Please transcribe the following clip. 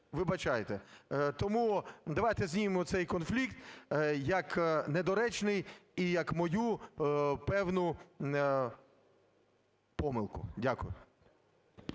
Вибачайте. Тому давайте знімемо цей конфлікт як недоречний і як мою певну помилку. Дякую.